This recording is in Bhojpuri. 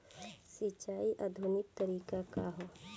सिंचाई क आधुनिक तरीका का ह?